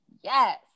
Yes